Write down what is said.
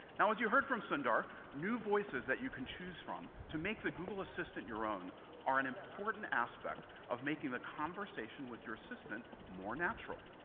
now, as you heard from sundar, new voices that you can choose from to make the google assistant your own are an important aspect of making the conversation with your assistant more natural.